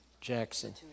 Jackson